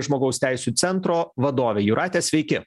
žmogaus teisių centro vadovė jūrate sveiki